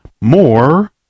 More